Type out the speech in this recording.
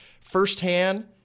firsthand